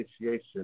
initiation